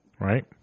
Right